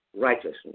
righteousness